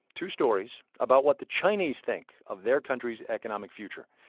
two stories about what the chinese think of their country's economic future.